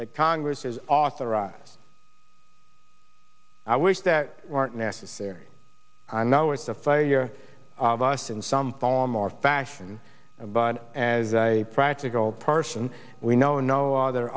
that congress has authorized i wish that weren't necessary and now it's a failure of us in some form or fashion but as a practical person we know no other